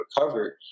recovered